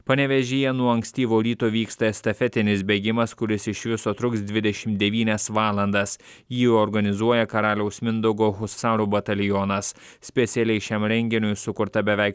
panevėžyje nuo ankstyvo ryto vyksta estafetinis bėgimas kuris iš viso truks dvidešimt devynias valandas jį organizuoja karaliaus mindaugo husarų batalionas specialiai šiam renginiui sukurta beveik